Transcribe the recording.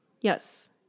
yes